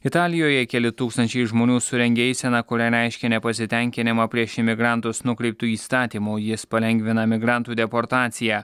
italijoje keli tūkstančiai žmonių surengė eiseną kuria reiškė nepasitenkinimą prieš imigrantus nukreiptu įstatymu jis palengvina migrantų deportaciją